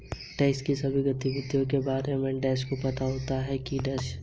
tax की सभी गतिविधियों के बारे में वर्णनात्मक लेबल में पता चला है